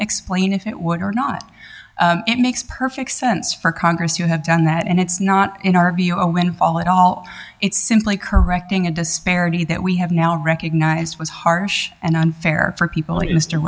explain if it would or not it makes perfect sense for congress you have done that and it's not in our view a windfall at all it's simply correcting a disparity that we have now recognized as harsh and unfair for people